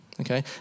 okay